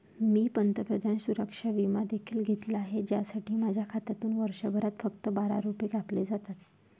मी पंतप्रधान सुरक्षा विमा देखील घेतला आहे, ज्यासाठी माझ्या खात्यातून वर्षभरात फक्त बारा रुपये कापले जातात